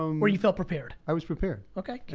um or you felt prepared? i was prepared. okay,